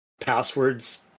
passwords